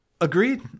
Agreed